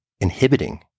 inhibiting